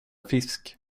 fisk